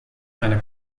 eine